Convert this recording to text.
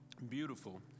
Beautiful